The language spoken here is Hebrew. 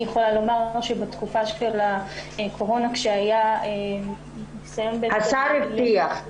אני יכולה לומר שבתקופה של הקורונה --- השר לביטחון